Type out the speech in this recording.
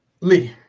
Lee